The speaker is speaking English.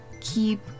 keep